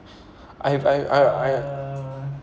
I've I I I